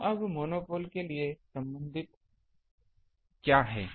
तो अब मोनोपोल के लिए संबंधित चीजें क्या हैं